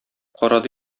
карады